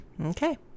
Okay